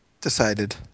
Decided